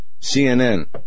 CNN